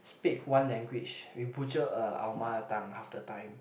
speak one language we butcher uh our mother tongue half the time